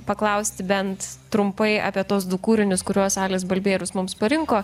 paklausti bent trumpai apie tuos du kūrinius kuriuos alis balbierius mums parinko